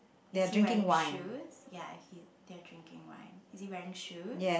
is he wearing shoes ya he they are drinking wine is he wearing shoes